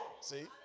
See